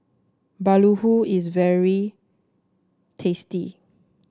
Bahulu is very tasty